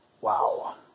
Wow